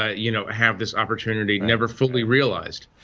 ah you know, have this opportunity never fully realized.